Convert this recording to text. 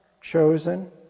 chosen